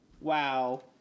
wow